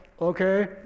Okay